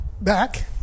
back